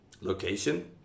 location